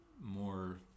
more